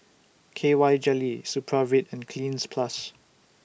K Y Jelly Supravit and Cleanz Plus